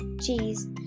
cheese